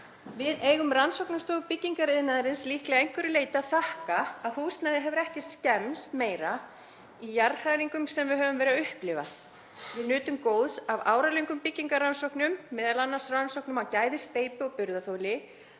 Við eigum Rannsóknastofu byggingariðnaðarins líklega að einhverju leyti að þakka að húsnæði hefur ekki skemmst meira í jarðhræringum sem við höfum verið að upplifa. Við nutum góðs af áralöngum byggingarrannsóknum, m.a. rannsóknum á gæði steypu og burðarþoli,